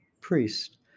priest